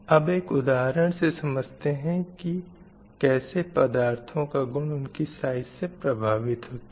अब एक उदाहरण से समझते हैं की कैसे पदार्थों का गुण उनकी साइज़ से प्रभावित होता है